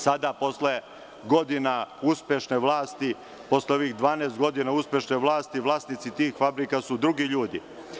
Sada, posle godina uspešne vlasti, posle ovih 12 godina uspešne vlasti, vlasnici tih fabrika su drugi ljudi.